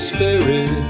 Spirit